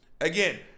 Again